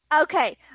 Okay